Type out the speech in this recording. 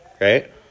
right